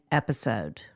episode